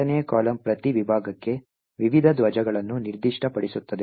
ಎರಡನೇ ಕಾಲಮ್ ಪ್ರತಿ ವಿಭಾಗಕ್ಕೆ ವಿವಿಧ ಧ್ವಜಗಳನ್ನು ನಿರ್ದಿಷ್ಟಪಡಿಸುತ್ತದೆ